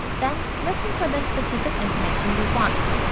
then listen for the specific information you want.